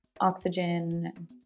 oxygen